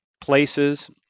places –